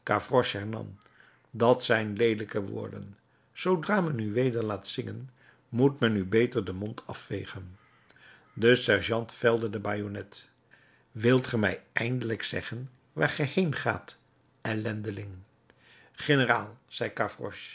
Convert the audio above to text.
dat zijn leelijke woorden zoodra men u weder laat zingen moet men u beter den mond afvegen de sergeant velde de bajonnet wilt ge mij eindelijk zeggen waar ge heen gaat ellendeling generaal